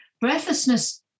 Breathlessness